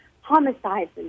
homicides